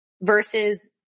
versus